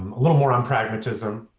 um little more on pragmatism.